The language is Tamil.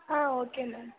ah okay ma'am